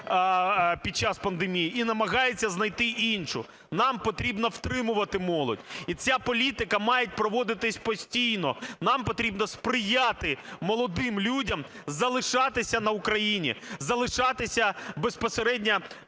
під час пандемії і намагаються знайти іншу. Нам потрібно втримувати молодь. І ця політика має проводитись постійно, нам потрібно сприяти молодим людям залишатися на Україні, залишатися безпосередньо